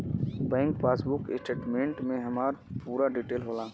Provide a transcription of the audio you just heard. bank passbook statement में हमार पूरा डिटेल होला